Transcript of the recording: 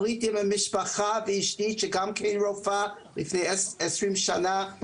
עליתי עם המשפחה ואשתי שגם כן רופאה לפני 20 שנה,